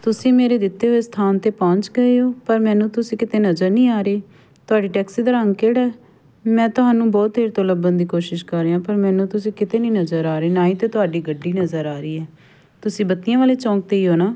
ਤੁਸੀਂ ਮੇਰੇ ਦਿੱਤੇ ਹੋਏ ਸਥਾਨ 'ਤੇ ਪਹੁੰਚ ਗਏ ਹੋ ਪਰ ਮੈਨੂੰ ਤੁਸੀਂ ਕਿਤੇ ਨਜ਼ਰ ਨਹੀਂ ਆ ਰਹੇ ਤੁਹਾਡੀ ਟੈਕਸੀ ਦਾ ਰੰਗ ਕਿਹੜਾ ਮੈਂ ਤੁਹਾਨੂੰ ਬਹੁਤ ਦੇਰ ਤੋਂ ਲੱਭਣ ਦੀ ਕੋਸ਼ਿਸ਼ ਕਰ ਰਹੀ ਹਾਂ ਪਰ ਮੈਨੂੰ ਤੁਸੀਂ ਕਿਤੇ ਨਹੀਂ ਨਜ਼ਰ ਆ ਰਹੇ ਨਾ ਹੀ ਤੇ ਤੁਹਾਡੀ ਗੱਡੀ ਨਜ਼ਰ ਆ ਰਹੀ ਹੈ ਤੁਸੀਂ ਬੱਤੀਆਂ ਵਾਲੇ ਚੌਂਕ 'ਤੇ ਹੀ ਹੋ ਨਾ